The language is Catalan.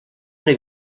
una